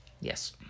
yes